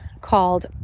called